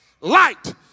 light